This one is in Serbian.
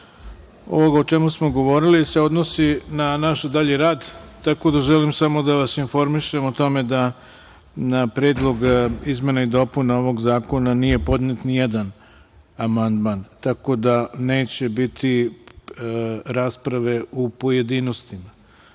ovoga o čemu smo govorili se odnosi na naš dalji rad, tako da želim samo da vas informišem o tome da na Predlog izmena i dopuna ovog zakona nije podnet ni jedan amandman, tako da neće biti rasprave u pojedinostima. Ukoliko